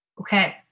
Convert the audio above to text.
Okay